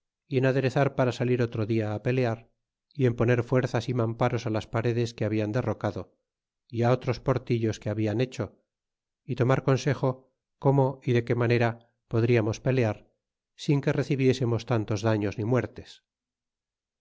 y en aderezar para salir otro dia á pelear y en poner fuerzas y marnbaros las paredes que hablan derrocado é otros portillos que habian hecho y tomar consejo cómo y de qué manera podriamos pelear sin que recibiésemos tantos da los ni muertes